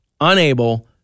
unable